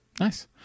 Nice